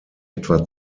etwa